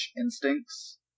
instincts